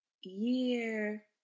year